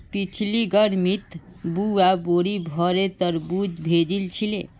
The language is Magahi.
पिछली गर्मीत बुआ बोरी भोरे तरबूज भेजिल छिले